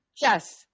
Yes